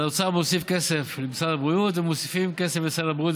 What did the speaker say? אז האוצר מוסיף כסף למשרד הבריאות ומוסיפים כסף לסל הבריאות,